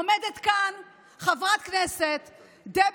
חברת הכנסת טלי